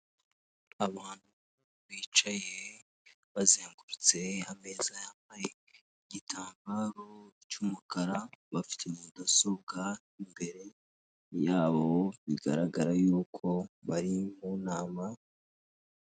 Abantu bicaye bazengurutse ameza ariho igitambaro cy'umukara bafite mudasobwa mbere yabo bigaragara yuko bari mu nama.